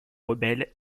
rebelles